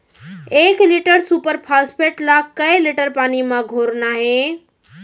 एक litre super phosphate ला कए लीटर पानी मा घोरना हे?